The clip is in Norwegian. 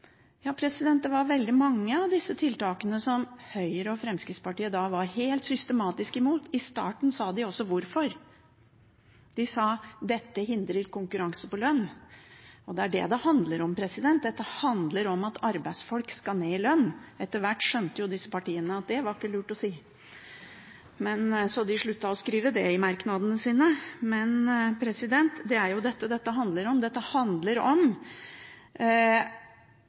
Det var veldig mange av disse tiltakene som Høyre og Fremskrittspartiet da var helt systematisk imot. I starten sa de også hvorfor. De sa: Dette hindrer konkurranse på lønn. Og det er det det handler om, dette handler om at arbeidsfolk skal ned i lønn. Etter hvert skjønte jo disse partiene at det var det ikke lurt å si, så de sluttet å skrive det i merknadene sine. Men det er jo det dette handler om, det handler om